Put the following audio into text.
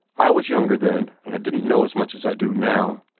i was younger then, and i didn't know as much as i do now.